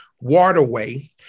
waterway